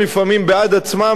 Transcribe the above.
בבקשה.